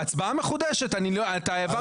ההצבעה מחודשת, אתה העברת את ההצבעה.